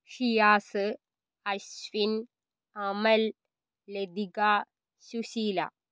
Shiyas Ashwin Amal Lathika Susheela